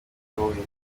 uyoboye